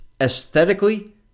aesthetically